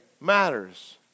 matters